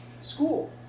School